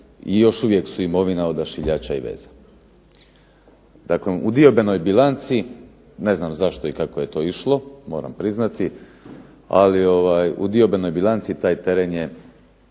i još uvijek su imovina "Odašiljača i veza". Dakle u diobenoj bilanci, ne znam zašto i kako je to išlo moram priznati, ali u diobenoj bilanci taj teren je